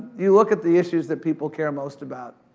you look at the issues that people care most about.